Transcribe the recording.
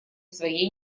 своей